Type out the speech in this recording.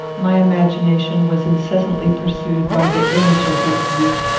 my imagination was incessantly pursued by the image of this youth,